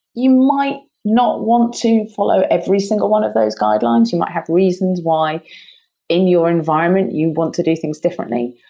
you might not want to follow every single one of those guidelines. you might have reasons why in your environment you want to do things differently,